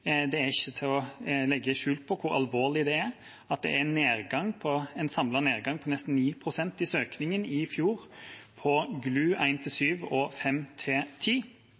Det er ikke til å legge skjul på hvor alvorlig det er at det i fjor var en samlet nedgang på nesten 9 pst. i søkningen til grunnskolelærerutdanningen, GLU, 1–7 og 5–10, og